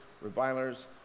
revilers